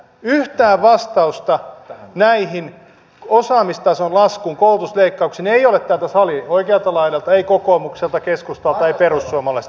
yhtään vastausta näihin osaamistason laskuun koulutusleikkauksiin ei ole täältä salin oikealta laidalta tullut ei kokoomukselta ei keskustalta ei perussuomalaisilta